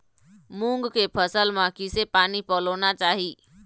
मूंग के फसल म किसे पानी पलोना चाही?